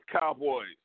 Cowboys